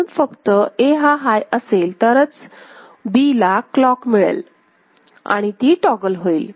म्हणून फक्त A हा हाय असेल तरच B ला क्लॉक मिळेल आणि ती टॉगल होईल